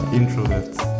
introverts